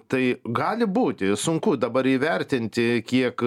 tai gali būti sunku dabar įvertinti kiek